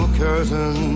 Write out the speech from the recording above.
curtain